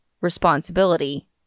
responsibility